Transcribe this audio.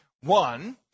One